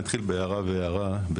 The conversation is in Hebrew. אני אתחיל בהערה ובהארה.